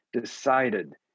decided